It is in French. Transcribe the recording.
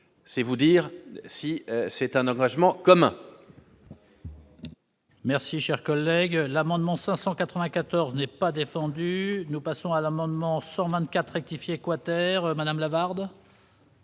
c'est vous dire si c'est un engagement commun. Merci, cher collègue, l'amendement 594 n'est pas défendu, nous passons à l'amendement sort 24 équipiers quater madame la barbe.